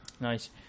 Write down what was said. nice